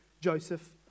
Joseph